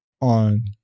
on